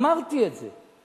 אמרתי את זה.